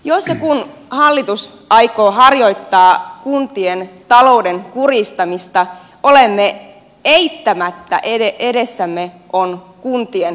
jos ja kun hallitus aikoo harjoittaa kuntien talouden kurjistamista eittämättä edessämme on kuntien pakkoliitoksia